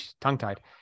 tongue-tied